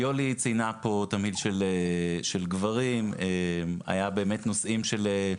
יולי ציינה פה -- של גברים, היה באמת נושאים של,